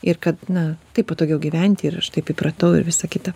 ir kad na taip patogiau gyventi ir aš taip įpratau ir visa kita